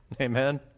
Amen